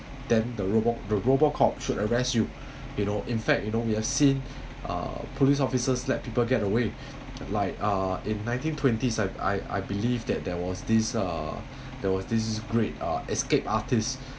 then the robot the robot cop should arrest you you know in fact you know we have seen uh police officers let people get away like uh in nineteen twenties I I I believed that there was this uh there was this great uh escape artist